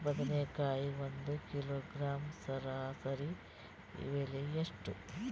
ಬದನೆಕಾಯಿ ಒಂದು ಕಿಲೋಗ್ರಾಂ ಸರಾಸರಿ ಬೆಲೆ ಎಷ್ಟು?